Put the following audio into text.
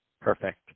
Perfect